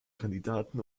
kandidaten